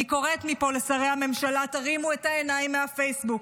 אני קוראת מפה לשרי הממשלה: תרימו את העיניים מהפייסבוק,